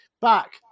back